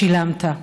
שילמת.